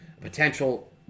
Potential